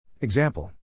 Example